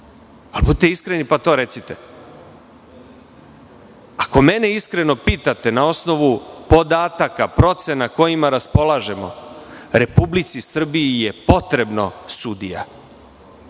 Budite iskreni, pa to recite. Ako mene iskreno pitate, na osnovu podataka, procena kojima raspolažemo, Republici Srbiji je potrebno sudija